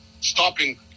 stopping